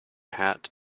hat